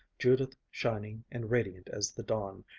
judith shining and radiant as the dawn,